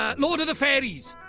ah lord of the fairies!